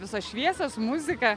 visos šviesos muzika